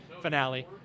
finale